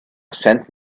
sent